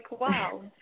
wow